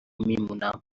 میمونم